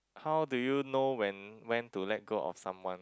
how do you know when went to let go of someone